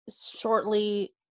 shortly